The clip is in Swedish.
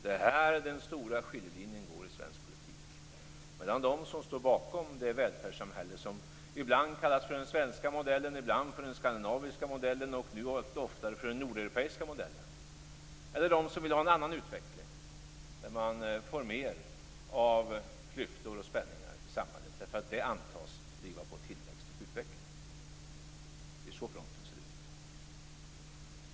Det är här den stora skiljelinjen går i svensk politik, dvs. mellan dem som står bakom det välfärdssamhälle som ibland kallas för den svenska modellen, ibland för den skandinaviska modellen och nu allt oftare för den nordeuropeiska modellen, eller dem som vill ha en annan utveckling, dvs. mer av klyftor och spänningar i samhället därför att det antas driva på tillväxt och utveckling. Det är så fronten ser ut.